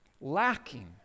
lacking